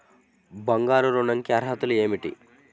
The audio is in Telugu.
బంగారు ఋణం కి అర్హతలు ఏమిటీ?